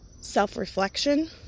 self-reflection